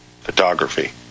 photography